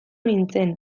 nintzen